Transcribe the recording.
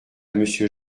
monsieur